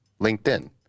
LinkedIn